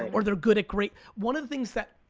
or they're good at great, one of the things that,